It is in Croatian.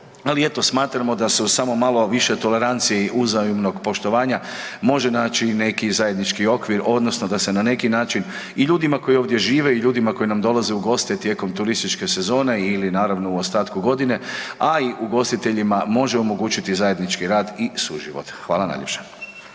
ali eto, smatramo da se uz malo više tolerancije i uzajamnog poštovanja može naći i neki zajednički okvir odnosno da se na neki način i ljudima koji ovdje žive i ljudima koji nam dolaze u goste tijekom turističke sezone ili naravno u ostatku godine a i ugostiteljima može omogućiti zajednički rad i suživot. Hvala najljepša.